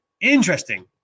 interesting